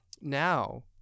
now